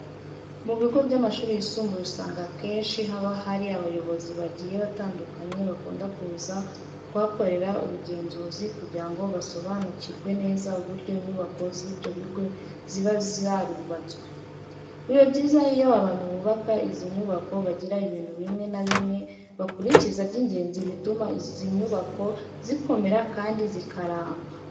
Mu bigo by'amashuri yisumbuye usanga akenshi haba hari abayobozi bagiye batandukanye bakunda kuza kuhakorera ubugenzuzi kugira ngo basobanukirwe neza uburyo inyubako z'ibyo bigo ziba zarubatswe. Biba byiza iyo abantu bubaka izi nyubako bagira ibintu bimwe na bimwe bakurikiza by'ingenzi bituma izi nyubako zikomera kandi zikaramba.